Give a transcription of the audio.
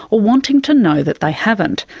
or wanting to know that they haven't.